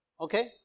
Okay